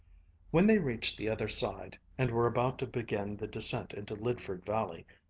when they reached the other side, and were about to begin the descent into lydford valley,